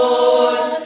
Lord